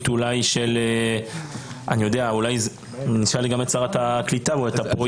תוכנית, נשאל גם את שרת הקליטה או הפרוייקטור.